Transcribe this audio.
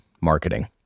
marketing